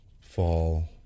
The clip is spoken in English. Fall